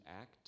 act